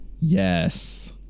Yes